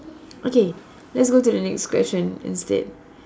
okay let's go to the next question instead